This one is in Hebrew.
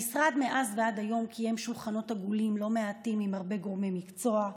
מאז ועד היום קיים המשרד שולחנות עגולים לא מעטים עם הרבה גורמי מקצוע,